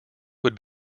would